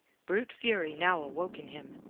brute fury now awoke in him.